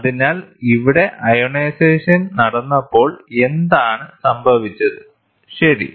അതിനാൽ ഇവിടെ അയോണൈസേഷൻ നടന്നപ്പോൾ എന്താണ് സംഭവിച്ചത് ശരി